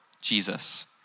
Jesus